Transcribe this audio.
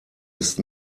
ist